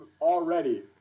already